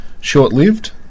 short-lived